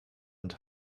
und